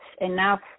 enough